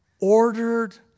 Ordered